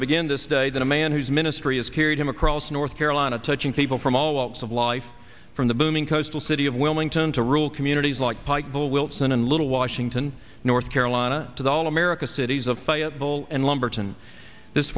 begin this day than a man whose ministry has carried him across north carolina touching people from all walks of life from the booming coastal city of wilmington to rural communities like pikeville wilson and little washington north carolina to all america cities of fayetteville and lumberton this